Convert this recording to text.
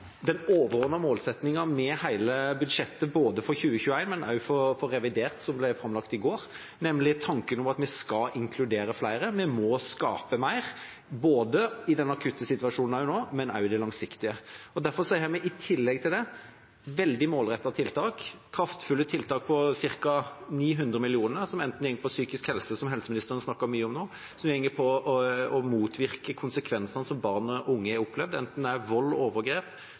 den overordnede målsettingen med hele budsjettet, både for 2021, og også for revidert, som ble framlagt i går, nemlig tanken om at vi skal inkludere flere, og at vi må skape mer, både i den akutte situasjonen nå, og også i den langsiktige. Derfor har vi i tillegg veldig målrettede og kraftfulle tiltak på ca. 900 mill. kr, som går til psykisk helse, som helseministeren snakket mye om nå, og til å motvirke konsekvensene som barn og unge har opplevd, enten det er vold, overgrep,